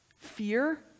fear